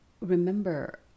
remember